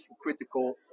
critical